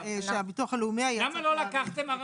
למה לא לקחתם ערבים?